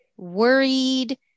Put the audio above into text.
worried